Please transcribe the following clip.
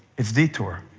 it's detour,